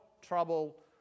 trouble